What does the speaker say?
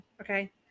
okay